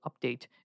UPDATE